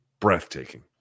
Breathtaking